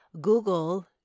Google